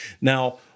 Now